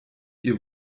ihr